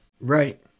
Right